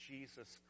Jesus